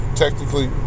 technically